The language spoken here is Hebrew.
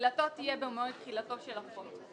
תחילתו תהיה במועד תחילתו של החוק.